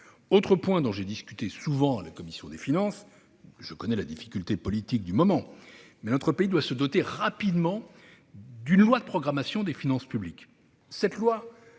Autre point dont j'ai discuté souvent en commission des finances- je connais la difficulté politique du moment -, notre pays doit se doter rapidement d'une loi de programmation des finances publiques.